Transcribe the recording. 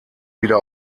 wieder